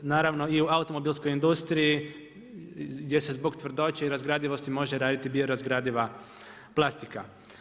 Naravno i u automobilskoj industriji gdje se zbog tvrdoće i razgradivosti može raditi biorazgradiva plastika.